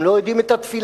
הם לא יודעים את התפילה,